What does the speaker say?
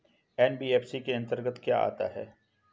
NBFC के अंतर्गत क्या आता है?